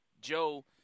Joe